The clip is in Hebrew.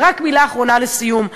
ורק מילה אחרונה לסיום,